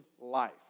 life